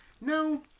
No